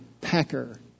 Packer